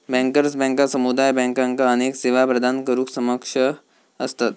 bankers बँका समुदाय बँकांका अनेक सेवा प्रदान करुक सक्षम असतत